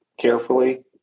carefully